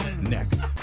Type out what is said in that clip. next